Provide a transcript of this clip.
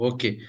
Okay